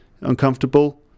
uncomfortable